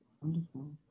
wonderful